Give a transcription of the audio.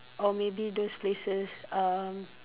or maybe those places um